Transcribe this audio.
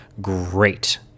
great